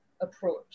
approach